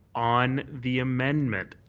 on the amendment,